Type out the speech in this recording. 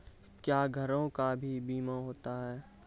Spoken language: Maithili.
क्या घरों का भी बीमा होता हैं?